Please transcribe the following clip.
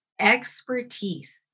expertise